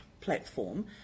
platform